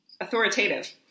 authoritative